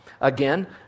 Again